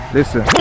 Listen